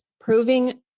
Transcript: proving